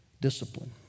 discipline